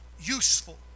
useful